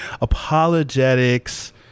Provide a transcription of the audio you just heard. apologetics